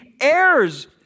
heirs